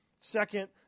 Second